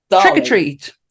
trick-or-treat